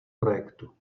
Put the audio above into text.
projektu